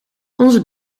onze